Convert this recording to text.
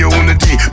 unity